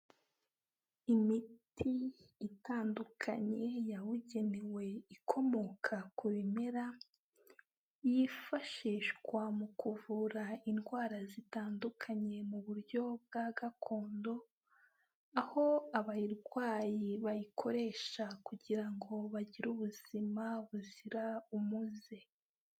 Imiti itandukanye yabugenewe ikomoka ku bimera, yifashishwa mu kuvura indwara zitandukanye mu buryo bwa gakondo, aho abarwayi bayikoresha kugira ngo bagire ubuzima buzira umuze.